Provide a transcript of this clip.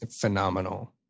phenomenal